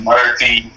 Murphy